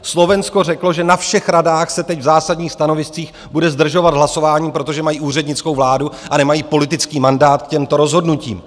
Slovensko řeklo, že na všech radách se teď v zásadních stanoviscích bude zdržovat hlasování, protože mají úřednickou vládu a nemají politický mandát k těmto rozhodnutím.